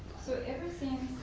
so ever since,